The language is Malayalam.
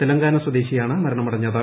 തെലങ്കാന സ്വദേശി ആണ് മരണമടഞ്ഞത്